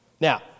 Now